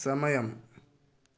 സമയം